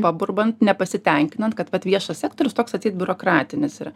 paburbant nepasitenkinant kad vat viešas sektorius toks atseit biurokratinis yra